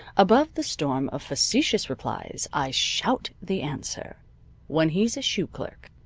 above the storm of facetious replies i shout the answer when he's a shoe clerk.